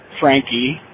Frankie